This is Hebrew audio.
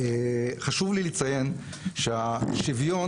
חשוב לי לציין שהשוויון